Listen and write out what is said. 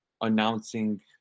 announcing